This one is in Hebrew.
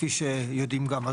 כפי שיודעים כבר.